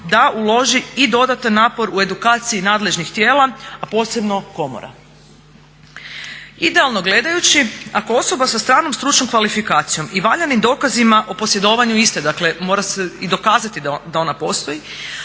da uloži i dodatan napor u edukaciji nadležnih tijela a posebno komora. Idealno gledajući ako osoba sa stranom stručnom kvalifikacijom i valjanim dokazima o posjedovanju iste, dakle mora se i dokazati da ona postoji,